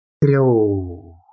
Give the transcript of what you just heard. Hello